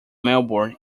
melbourne